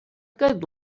good